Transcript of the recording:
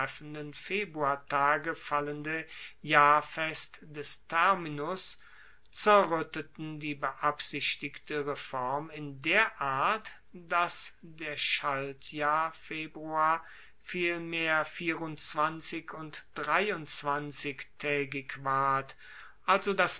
februartage fallende jahrfest des terminus zerruetteten die beabsichtigte reform in der art dass der schaltjahr und taetig ward also das